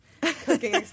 cooking